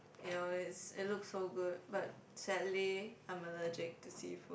you know is it looks so good but sadly I'm allergic to seafood